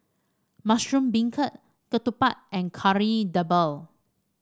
Mushroom Beancurd ketupat and Kari Debal